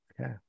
Okay